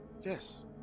Yes